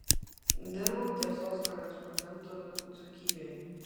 dirbau tiesos korespondentu dzūkijoje